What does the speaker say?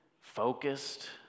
focused